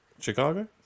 Chicago